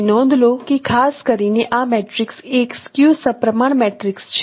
તમે નોંધ લો કે ખાસ કરીને આ મેટ્રિક્સ એક સ્ક્યુ સપ્રમાણ મેટ્રિક્સ છે